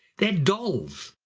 they're dolls,